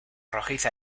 rojiza